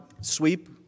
sweep